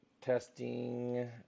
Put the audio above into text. testing